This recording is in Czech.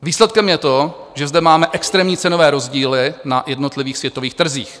Výsledkem je to, že zde máme extrémní cenové rozdíly na jednotlivých světových trzích.